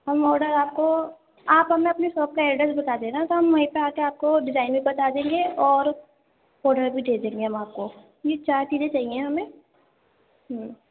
ہم آڈر آپ کو آپ ہمیں اپنے شاپ کا ایڈرس بتا دینا تو ہم وہیں پہ آکے آپ کو ڈیزائن بھی بتا دیں گے اور آڈر بھی دے دیں گے ہم آپ کو یہ چار چیزیں چاہیے ہمیں